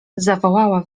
zawołała